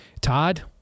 Todd